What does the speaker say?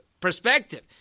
perspective